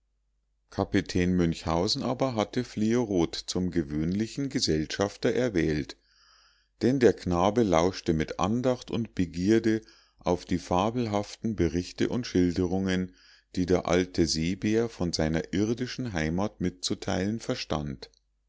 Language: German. kapitän münchhausen aber hatte fliorot zum gewöhnlichen gesellschafter erwählt denn der knabe lauschte mit andacht und begierde auf die fabelhaften berichte und schilderungen die der alte seebär von seiner irdischen heimat mitzuteilen verstand